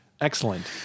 Excellent